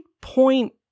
point